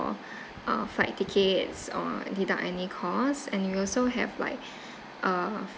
or flight tickets or deduct any cost and we also have like uh